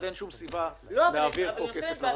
אין שום סיבה להעביר פה כסף לרשויות.